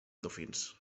dofins